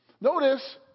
Notice